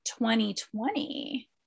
2020